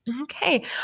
Okay